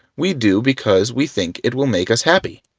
we do because we think it will make us happy.